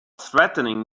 threatening